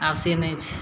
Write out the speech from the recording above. आब से नहि छै